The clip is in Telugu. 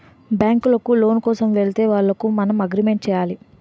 బ్యాంకులకు లోను కోసం వెళితే వాళ్లకు మనం అగ్రిమెంట్ చేయాలి